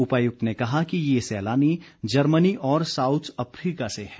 उपाय्क्त ने कहा कि ये सैलानी जर्मनी और साऊथ अफ्रीका से हैं